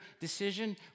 decision